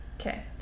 okay